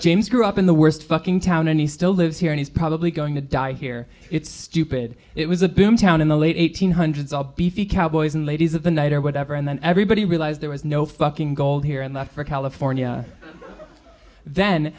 james grew up in the worst fucking town and he still lives here and he's probably going to die here it's stupid it was a boom town in the late hundreds of beefy cowboys and ladies of the night or whatever and then everybody realized there was no fucking goal here and left for california then